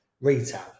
retail